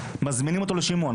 מזמינים אותו לשימוע.